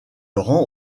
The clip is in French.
rend